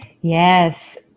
Yes